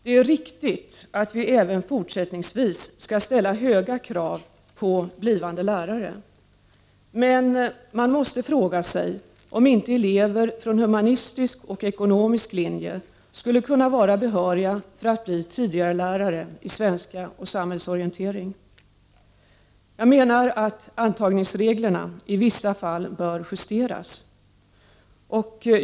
Det är riktigt att vi även fortsättningsvis skall ställa höga krav på blivande lärare, men man måste fråga sig om inte elever från humanistisk och ekonomisk linje skulle kunna vara behöriga att bli tidig-lärare i svenska och samhällsorientering. Jag menar att antagningsreglerna i vissa fall bör justeras.